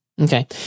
Okay